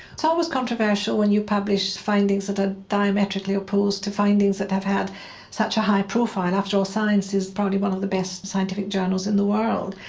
it's always controversial when you publish findings that are diametrically opposed to findings that have had such a high profile. after all science is probably one of the best scientific journals in the world.